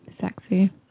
Sexy